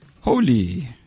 holy